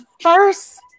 first